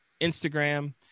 instagram